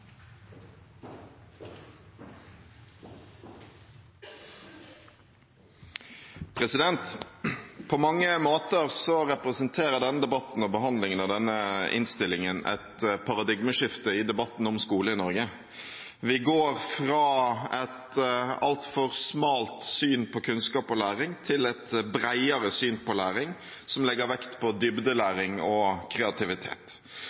På mange måter representerer denne debatten og behandlingen av denne innstillingen et paradigmeskifte i debatten om skole i Norge. Vi går fra et altfor smalt syn på kunnskap og læring til et bredere syn på læring som legger vekt på dybdelæring og kreativitet.